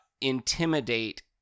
intimidate